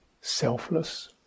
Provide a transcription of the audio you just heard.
selfless